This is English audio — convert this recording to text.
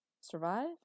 Survive